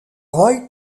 roy